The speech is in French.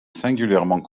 singulièrement